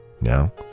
Now